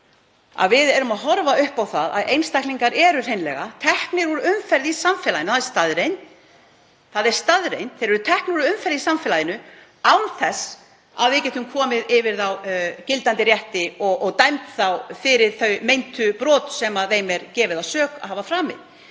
að við erum að horfa upp á að einstaklingar eru hreinlega teknir úr umferð í samfélaginu. Það er staðreynd. Þeir eru teknir úr umferð í samfélaginu án þess að við getum komið yfir þá gildandi rétti og dæmt þá fyrir þau meintu brot sem þeim er gefið að sök að hafa framið.